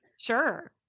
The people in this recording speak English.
Sure